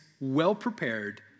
well-prepared